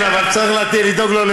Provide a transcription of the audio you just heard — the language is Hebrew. נתת לי רעיון עכשיו.